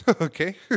okay